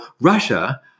Russia